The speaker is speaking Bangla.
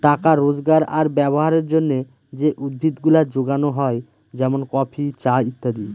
টাকা রোজগার আর ব্যবহারের জন্যে যে উদ্ভিদ গুলা যোগানো হয় যেমন কফি, চা ইত্যাদি